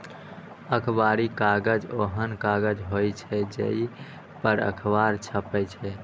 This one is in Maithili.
अखबारी कागज ओहन कागज होइ छै, जइ पर अखबार छपै छै